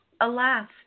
Alas